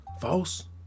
false